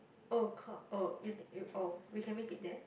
oh oh oh we can make it there